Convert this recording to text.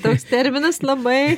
toks terminas labai